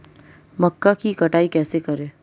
मक्का की कटाई कैसे करें?